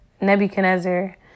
Nebuchadnezzar